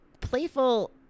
playful